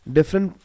Different